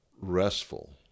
restful